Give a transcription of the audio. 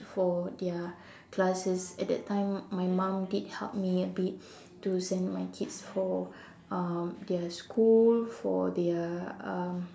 for their classes at that time my mum did help me a bit to send my kids for um their school for their um